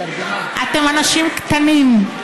אתם אנשים קטנים,